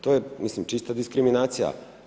To je mislim čista diskriminacija.